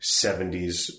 70s